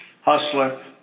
hustler. —